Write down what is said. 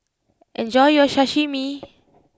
enjoy your Sashimi